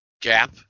gap